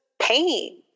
pain